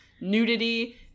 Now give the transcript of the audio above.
nudity